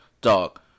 dog